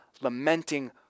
lamenting